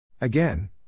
Again